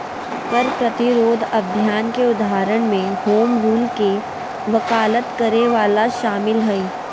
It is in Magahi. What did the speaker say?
कर प्रतिरोध अभियान के उदाहरण में होम रूल के वकालत करे वला शामिल हइ